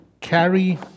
carry